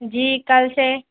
جی کل سے